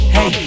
Hey